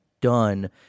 done